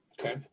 Okay